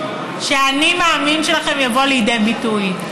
שהאני מאמין שלכם יבוא בה לידי ביטוי.